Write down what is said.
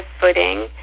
footing